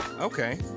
Okay